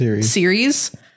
series